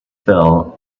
fell